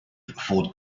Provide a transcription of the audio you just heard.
for